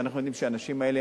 אנחנו יודעים שהאנשים האלה